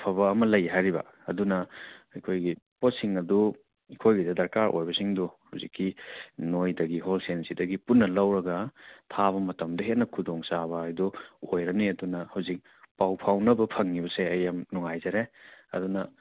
ꯐꯕ ꯑꯃ ꯂꯩ ꯍꯥꯏꯔꯤꯕ ꯑꯗꯨꯅ ꯑꯩꯈꯣꯏꯒꯤ ꯄꯣꯠꯁꯤꯡ ꯑꯗꯨ ꯑꯩꯈꯣꯏꯒꯤꯗ ꯗꯔꯀꯥꯔ ꯑꯣꯏꯕꯁꯤꯡꯗꯣ ꯍꯧꯖꯤꯛꯀꯤ ꯅꯣꯏꯗꯒꯤ ꯍꯣꯜꯁꯦꯜ ꯁꯤꯗꯒꯒꯤ ꯄꯨꯟꯅ ꯂꯧꯔꯒ ꯊꯥꯕ ꯃꯇꯝꯗ ꯍꯦꯟꯅ ꯈꯨꯗꯣꯡ ꯆꯥꯕ ꯍꯥꯏꯗꯨ ꯑꯣꯏꯔꯅꯤ ꯑꯗꯨꯅ ꯍꯧꯖꯤꯛ ꯄꯥꯎ ꯐꯥꯎꯅꯕ ꯐꯪꯂꯤꯕꯁꯦ ꯑꯩ ꯌꯥꯝ ꯅꯨꯡꯉꯥꯏꯖꯔꯦ ꯑꯗꯨꯅ